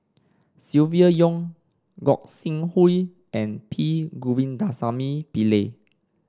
Silvia Yong Gog Sing Hooi and P Govindasamy Pillai